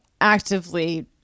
actively